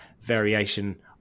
variation